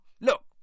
Look